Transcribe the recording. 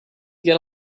get